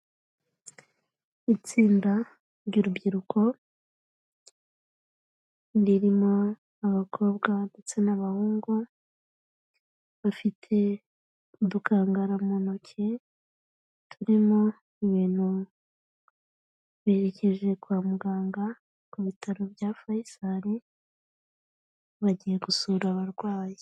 Itsinda ry'urubyiruko ririmo abakobwa ndetse n'abahungu bafite udukangara mu ntoki turimo ibintu berekeje kwa muganga, ku bitaro bya faisal bagiye gusura abarwayi.